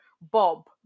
Bob